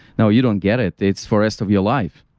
no, you don't get it. it's for rest of your life.